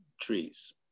trees